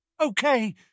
Okay